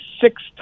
six